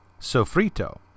sofrito